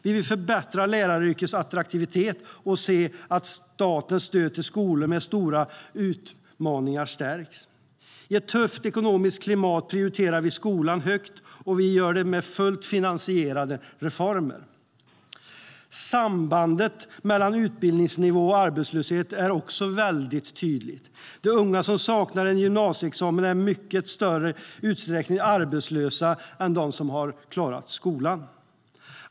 Vi vill förbättra läraryrkets attraktivitet och se till att statens stöd till skolor med stora utmaningar stärks. I ett tufft ekonomiskt klimat prioriterar vi skolan högt, och vi gör det med fullt finansierade reformer. Sambandet mellan utbildningsnivå och arbetslöshet är också mycket tydligt. De unga som saknar en gymnasieexamen är i mycket större utsträckning arbetslösa än de som har klarat skolan.